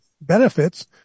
benefits